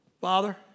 Father